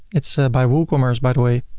it's by woocommerce by the way.